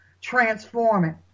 transforming